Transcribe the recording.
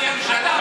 היא לא חברת ממשלה.